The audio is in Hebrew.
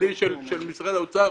צדדי של משרד האוצר,